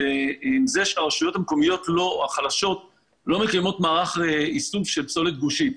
עם זה שהרשויות המקומיות החלשות לא מקיימות מערך איסוף של פסולת גושית.